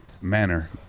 manner